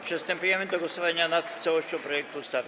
Przystępujemy do głosowania nad całością projektu ustawy.